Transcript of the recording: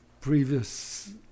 previous